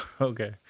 Okay